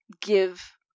give